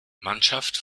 mannschaft